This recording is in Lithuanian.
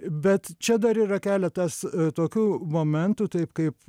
bet čia dar yra keletas tokių momentų taip kaip